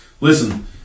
Listen